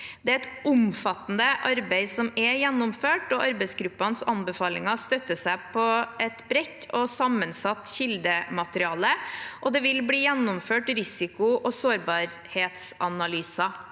Det er et omfattende arbeid som er gjennomført, og arbeidsgruppenes anbefalinger støtter seg på et bredt og sammensatt kildemateriale. Det vil bli gjennomført risiko- og sårbarhetsanalyser.